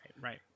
Right